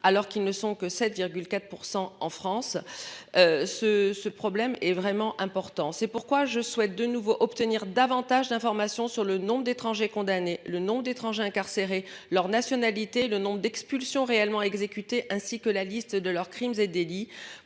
alors qu'ils ne sont que 7, 4% en France. Ce, ce problème est vraiment important, c'est pourquoi je souhaite de nouveau obtenir davantage d'informations sur le nombre d'étrangers condamnés le nom d'étrangers incarcérés leur nationalité. Le nombre d'expulsions réellement exécutées ainsi que la liste de leurs crimes et délits